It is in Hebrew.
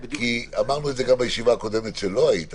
אמרנו את זה גם בישיבה הקודמת כשלא היית